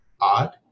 odd